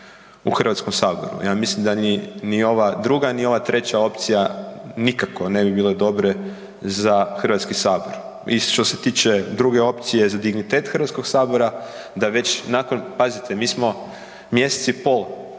glasanjem u HS. Ja mislim da ni, ni ova druga, ni ova treća opcija nikako ne bi bile dobre za HS. I što se tiče druge opcije za dignitet HS da već nakon, pazite mi smo mjesec i pol